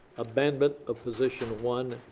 amendment of position one.